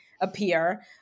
appear